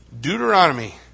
Deuteronomy